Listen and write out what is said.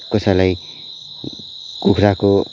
कसैलाई कुखुराको